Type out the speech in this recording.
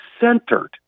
centered